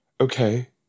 Okay